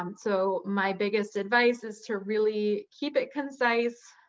um so my biggest advice is to really keep it concise,